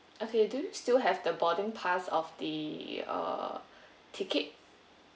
okay do still have the boarding pass of the uh ticket